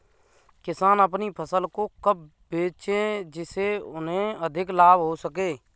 किसान अपनी फसल को कब बेचे जिसे उन्हें अधिक लाभ हो सके?